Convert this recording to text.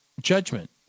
Judgment